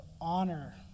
honor